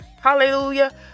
Hallelujah